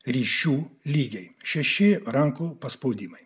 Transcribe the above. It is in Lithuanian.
ryšių lygiai šeši rankų paspaudimai